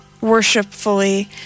worshipfully